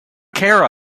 care